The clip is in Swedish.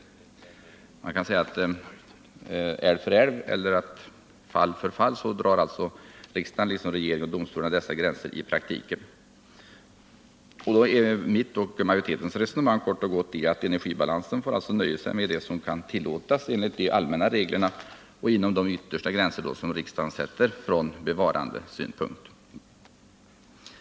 Man kan säga att för varje fall drar riksdagen liksom regering och domstolar i praktiken upp dessa gränser. Mitt och utskottsmajoritetens resonemang innebär kort och gott att man när det gäller energibalansen får nöja sig med vad som kan tillåtas enligt de allmänna reglerna och inom de yttersta gränser som riksdagen sätter från bevarandesynpunkt.